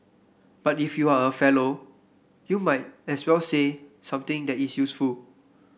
but if you are a Fellow you might as well say something that is useful